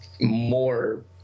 more